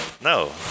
No